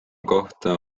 kohta